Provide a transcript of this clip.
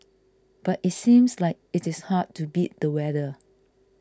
but it seems like it is hard to beat the weather